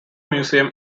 museum